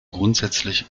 grundsätzlich